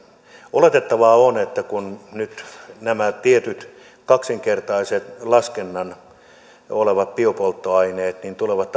oletettavaa on että kun nyt nämä tietyt kaksinkertaisen laskennan biopolttoaineet tulevat